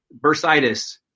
bursitis